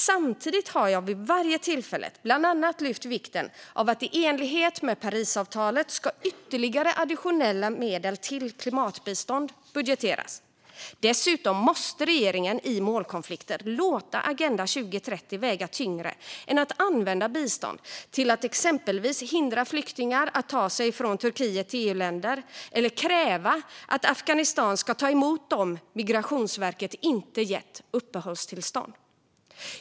Samtidigt har jag vid varje tillfälle bland annat lyft vikten av att ytterligare additionella medel till klimatbistånd ska budgeteras i enlighet med Parisavtalet. Dessutom måste regeringen i målkonflikter låta Agenda 2030 väga tyngre än att använda bistånd till att exempelvis hindra flyktingar att ta sig från Turkiet till EU-länder eller kräva att Afghanistan ska ta emot dem Migrationsverket inte gett uppehållstillstånd.